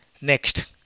Next